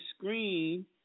screen